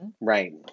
Right